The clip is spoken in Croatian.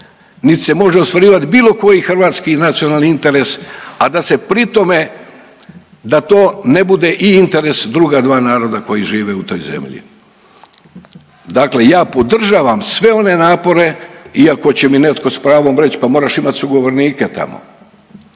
niti se može ostvarivat bilo koji hrvatski i nacionalni interes, a da se pri tome, da to ne bude i interes i druga dva naroda koji žive u toj zemlji. Dakle, ja podržavam sve one napore iako će mi netko s pravom reći pa moraš imat sugovornike tamo,